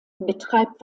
betreibt